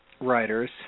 writers